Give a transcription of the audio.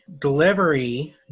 delivery